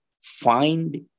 find